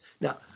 now